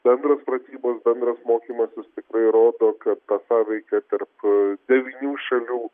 bendros pratybos bendras mokymasis tikrai rodo kad ta sąveika tarp devynių šalių